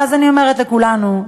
אז אני אומרת לכולנו: